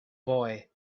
boy